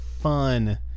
fun